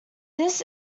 this